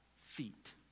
feet